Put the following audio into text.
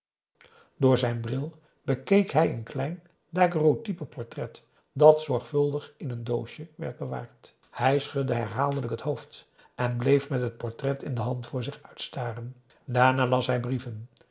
door zijn bril bekeek hij een klein daguerreotype portret dat zorgvuldig in een doosje werd bewaard hij schudde herhaaldelijk het hoofd en bleef met het portret in de hand voor zich uit staren daarna las hij brieven